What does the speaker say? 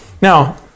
Now